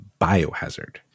Biohazard